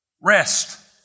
rest